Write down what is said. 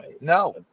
no